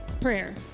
prayer